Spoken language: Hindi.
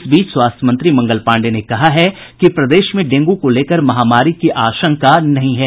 इस बीच स्वास्थ्य मंत्री मंगल पांडेय ने कहा है कि प्रदेश में डेंगू को लेकर महामारी की आशंका नहीं है